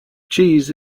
cheese